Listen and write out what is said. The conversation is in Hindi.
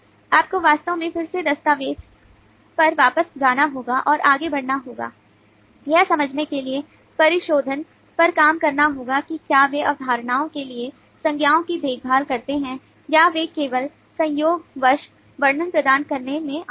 आपको वास्तव में फिर से दस्तावेज़ पर वापस जाना होगा और आगे बढ़ना होगा यह समझने के लिए परिशोधन पर काम करना होगा कि क्या वे अवधारणाओं के लिए संज्ञाओं की देखभाल करते हैं या वे केवल संयोगवश वर्णन प्रदान करने में आए हैं